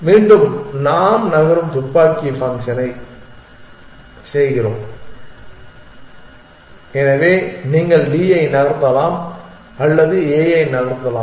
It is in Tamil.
மீண்டும் நாம் நகரும் துப்பாக்கி ஃபங்க்ஷனைச் செய்கிறோம் எனவே நீங்கள் D ஐ நகர்த்தலாம் அல்லது A ஐ நகர்த்தலாம்